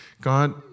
God